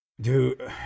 Dude